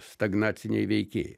stagnaciniai veikėjai